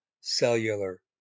cellular